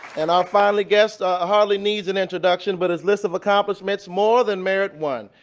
and our final guest ah hardly needs an introduction but his list of accomplishments more than merits one.